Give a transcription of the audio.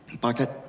Bucket